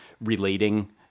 relating